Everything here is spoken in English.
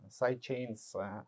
sidechains